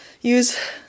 use